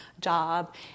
job